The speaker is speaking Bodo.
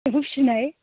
एम्फौ फिसिनाय